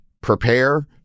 prepare